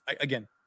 Again